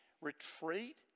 retreat